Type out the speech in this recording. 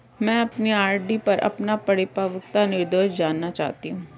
मैं अपनी आर.डी पर अपना परिपक्वता निर्देश जानना चाहती हूँ